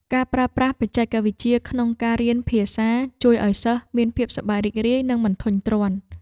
ការប្រើប្រាស់បច្ចេកវិទ្យាក្នុងការរៀនភាសាជួយឱ្យសិស្សមានភាពសប្បាយរីករាយនិងមិនធុញទ្រាន់។